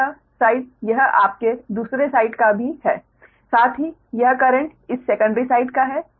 और यह साइड यह आपके दूसरे साइड का भी है साथ ही यह करेंट इस सेकंडरी साइड का है